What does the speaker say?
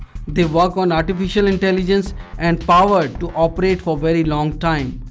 they work on artificial intelligence and powered to operate for very long time.